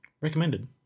Recommended